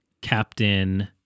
Captain